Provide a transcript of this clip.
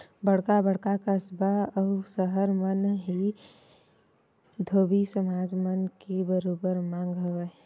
बड़का बड़का कस्बा अउ सहर मन म ही धोबी समाज मन के बरोबर मांग हवय